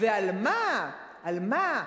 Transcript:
ועל מה, על מה?